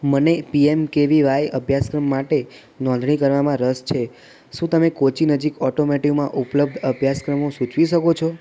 મને P M K V Y અભ્યાસક્રમ માટે નોંધણી કરવામાં રસ છે શું તમે કોચી નજીક ઓટોમોટિવમાં ઉપલબ્ધ અભ્યાસક્રમો સૂચવી શકો છો